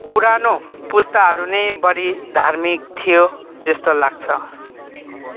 पुरानो पुस्ताहरू नै बढी धार्मिक थियो जस्तो लाग्छ